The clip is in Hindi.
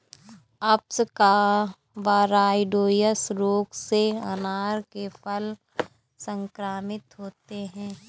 अप्सकवाइरोइड्स रोग से अनार के फल संक्रमित होते हैं